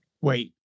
Wait